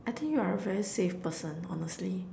I think you're a very safe person honestly